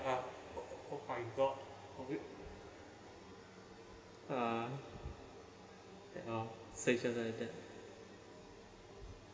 uh oh my god uh uh say it just like that